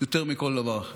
יותר מכל דבר אחר.